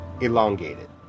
elongated